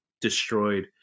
destroyed